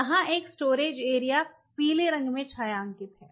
यहां एक storage area पीले रंग में छायांकित है